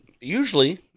usually